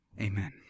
Amen